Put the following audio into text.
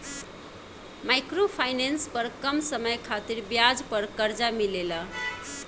micro finance पर कम समय खातिर ब्याज पर कर्जा मिलेला